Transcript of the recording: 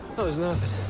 that was nothing.